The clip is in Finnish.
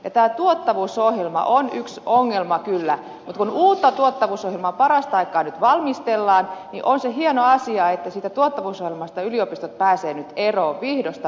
tämä tuottavuusohjelma on yksi ongelma kyllä mutta kun uutta tuottavuusohjelmaa parastaikaa nyt valmistellaan niin on se hieno asia että siitä tuottavuusohjelmasta yliopistot pääsevät nyt eroon vihdoin viimein